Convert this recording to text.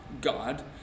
God